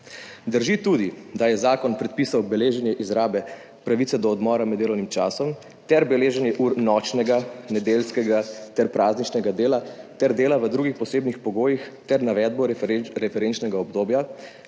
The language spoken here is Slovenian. Drži tudi, da je zakon predpisal beleženje izrabe pravice do odmora med delovnim časom ter beleženje ur nočnega, nedeljskega, prazničnega dela in dela v drugih posebnih pogojih ter navedbo referenčnega obdobja,